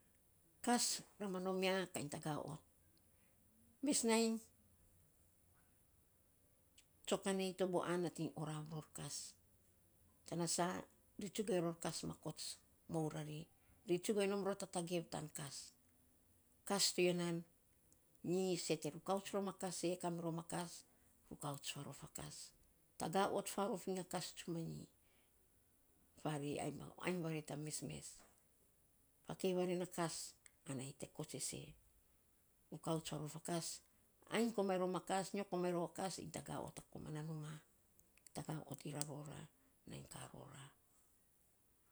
Kas ra ma nom ya. Kainy taga ot mes nainy tsokanei, toboan nating orav ror kas. Tana sa, ri tsugainy ror kas ma kots mou rari. Ri tsigainy nom ror ta tagev tan kas. Kas to ya nan nyi sei te rukouts rom a kas, e. Ka mirom a kas rukouts rom a kas. Taga ot farof iny a kas tsumanyi, farei ai ma ainy vare tan mesmes. Fakei vare ta kas ana te kots e sa. Rukouts farof a kas. Anyi komainy rom a kas, nyo komainy rou a kas iny taga ot iny a numa. Taga ot iny ra ro ranainy ka ro ra.